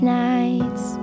nights